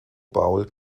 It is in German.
bowl